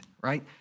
right